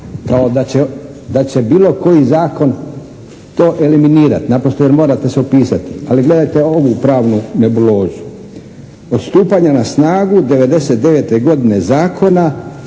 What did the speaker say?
da će bilo koji zakon to eliminirati naprosto jer morate se upisati. Ali gledajte ovu pravnu nebulozu. Od stupanja na snagu '99. godine zakona